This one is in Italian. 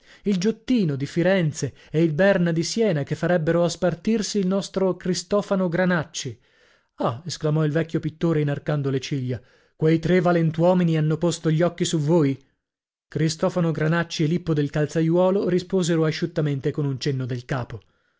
il giottino di firenze e il berna di siena che farebbero a spartirsi il nostro cristofano granacci ah esclamò il vecchio pittore inarcando le ciglia quei tre valentuomini hanno posto gli occhi su voi cristofano granacci e lippo del calzaiuolo risposero asciuttamente con un cenno del capo